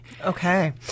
okay